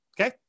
Okay